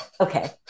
okay